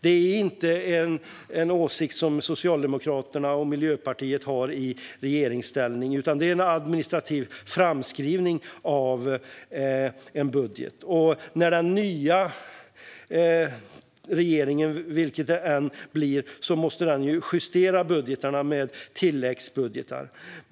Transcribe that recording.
Det är inte fråga om en åsikt som Socialdemokraterna och Miljöpartiet har i regeringsställning, utan det är en administrativ framskrivning av en budget. När den nya regeringen tillträder, vilken den än blir, måste den justera budgetarna med tilläggsbudgetar.